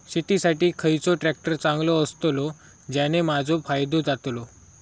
शेती साठी खयचो ट्रॅक्टर चांगलो अस्तलो ज्याने माजो फायदो जातलो?